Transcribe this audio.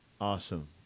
Awesome